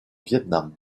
vietnam